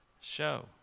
show